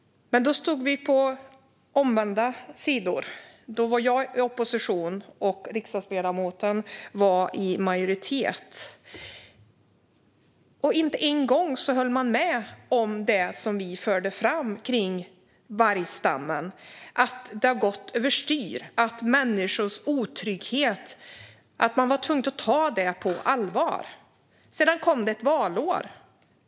Men då stod vi på omvända sidor. Då var jag i opposition och riksdagsledamoten var i majoritet. Men inte en enda gång höll de med om det som vi förde fram kring vargstammen - att det har gått över styr och att man var tvungen att ta människors otrygghet på allvar. Sedan kom det ett valår.